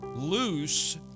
loose